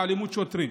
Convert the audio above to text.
אלימות שוטרים.